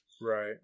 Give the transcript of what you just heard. Right